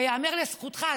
ויאמר לזכותך,